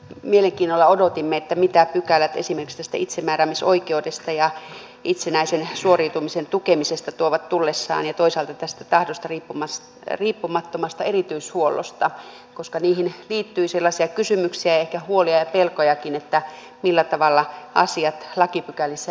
mielenkiinnolla odotimme mitä pykälät esimerkiksi tästä itsemääräämisoikeudesta ja itsenäisen suoriutumisen tukemisesta tuovat tullessaan ja toisaalta tästä tahdosta riippumattomasta erityishuollosta koska niihin liittyy sellaisia kysymyksiä ehkä huolia ja pelkojakin millä tavalla asiat lakipykälissä esitetään